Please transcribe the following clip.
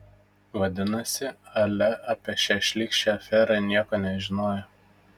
vadinasi alia apie šią šlykščią aferą nieko nežinojo